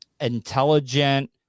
intelligent